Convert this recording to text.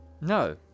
No